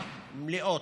מלאות,